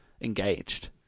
engaged